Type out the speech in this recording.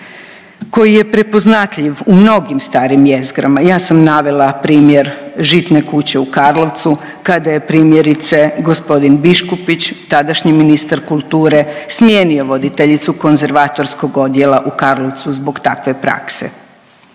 koji je prepoznatljiv u mnogim starim jezgrama. Ja sam navela primjer Žitne kuće u Karlovcu kada je primjerice gospodin Biškupić, tadašnji Ministar kulture smijenio voditeljicu konzervatorskog odjela u Karlovcu zbog takve prakse.